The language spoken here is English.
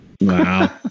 Wow